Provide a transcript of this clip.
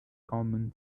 common